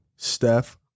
Steph